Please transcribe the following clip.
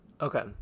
Okay